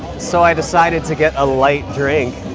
so i decided to get a light drink.